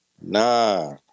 nah